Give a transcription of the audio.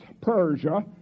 Persia